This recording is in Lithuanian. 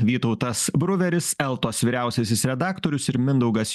vytautas bruveris eltos vyriausiasis redaktorius ir mindaugas